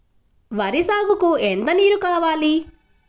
వరి సాగుకు ఎంత నీరు కావాలి?